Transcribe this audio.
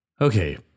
Okay